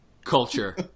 Culture